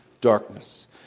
darkness